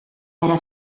era